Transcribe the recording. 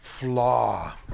Flaw